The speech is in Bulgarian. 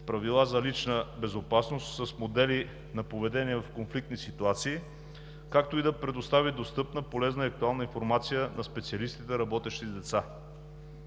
правила за лична безопасност, с модели на поведение в конфликтни ситуации, както и да предостави достъпна, полезна и актуална информация на специалистите, работещи с деца.